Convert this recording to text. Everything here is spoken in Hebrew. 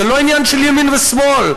זה לא עניין של ימין ושמאל.